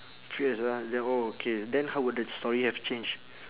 fierce ah then okay then how would the story have change